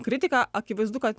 kritika akivaizdu kad